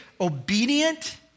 obedient